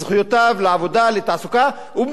את